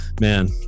Man